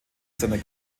seiner